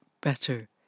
better